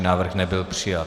Návrh nebyl přijat.